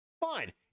fine